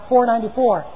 494